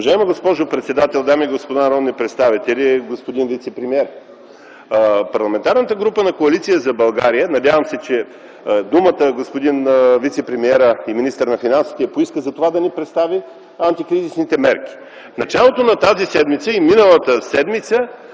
Уважаема госпожо председател, дами и господа народни представители, господин вицепремиер! Парламентарната група на Коалиция за България ... Надявам се, че господин вицепремиерът и министър на финансите поиска думата за това да ни представи антикризисните мерки. В началото на тази седмица и миналата седмица